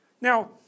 now